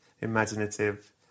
imaginative